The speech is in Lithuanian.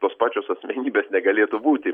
tos pačios asmenybės negalėtų būti